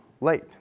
late